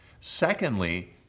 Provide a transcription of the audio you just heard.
secondly